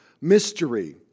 Mystery